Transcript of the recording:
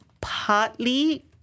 partly